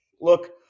Look